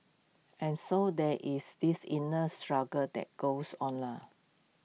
and so there is this inner struggle that goes on lor